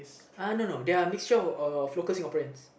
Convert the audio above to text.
uh no no they are mixture of local Singaporeans